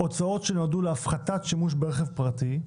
הוצאות שנועדו להפחתת שימוש ברכב פרטי,